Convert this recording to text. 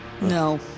No